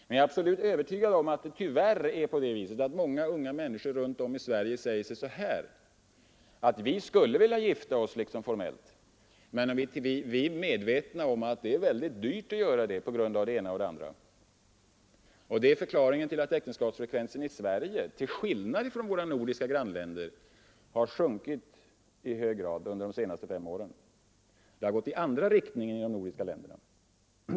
Men jag är också övertygad om att många unga människor i Sverige tyvärr säger: Vi skulle ha velat gifta oss men vi är medvetna om att det är dyrt att göra så på grund av det ena eller andra. Det är förklaringen till att äktenskapsfrekvensen i Sverige till skillnad från våra nordiska grannländer har sjunkit i hög grad under de senaste fem åren. I de andra nordiska länderna har det gått i andra riktningen.